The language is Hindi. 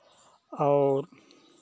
और